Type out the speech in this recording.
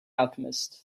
alchemist